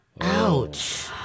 Ouch